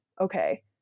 okay